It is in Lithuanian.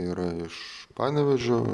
yra iš panevėžio